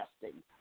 testing